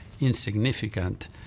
insignificant